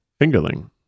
Fingerling